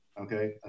Okay